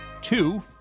two